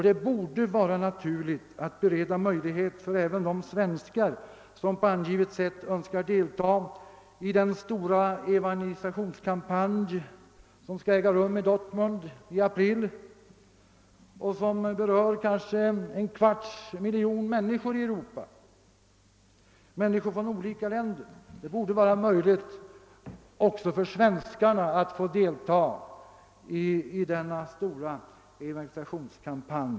Det borde vara naturligt att bereda möjligheter även för de svenskar, som så önskar, att på angivet sätt delta i den stora evangelisationskampanj som kommer att äga rum i april i Dortmund och som berör omkring en kvarts miljon människor i olika länder i Europa.